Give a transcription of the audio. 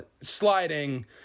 sliding